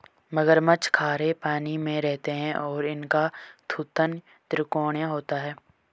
मगरमच्छ खारे पानी में रहते हैं और इनका थूथन त्रिकोणीय होता है